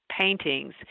paintings